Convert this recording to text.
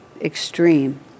extreme